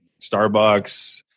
Starbucks